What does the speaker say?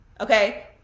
okay